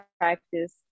practice